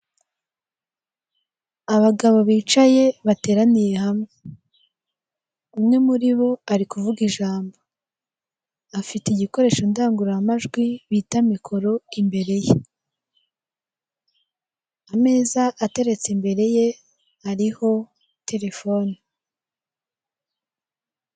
Abagabo bicaye, bateraniye hamwe. Umwe muri bo ari kuvuga ijambo. Afite igikoresho ndangururamajwi, bita mikoro, imbere ye. Ameza ateretse imbere ye ariho telefone.